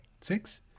Six